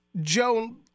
Joan